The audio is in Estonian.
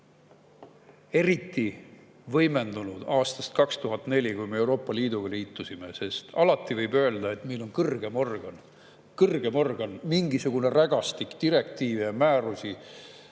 eriti võimendunud aastast 2004, kui me Euroopa Liiduga liitusime, sest alati võib öelda, et meil on kõrgem organ, mingisugune rägastik direktiive ja määrusi.